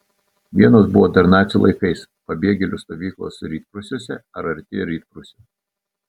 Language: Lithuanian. vienos buvo dar nacių laikais pabėgėlių stovyklos rytprūsiuose ar arti rytprūsių